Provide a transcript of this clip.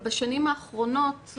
בשנים האחרונות,